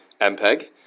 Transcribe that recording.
MPEG